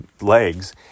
legs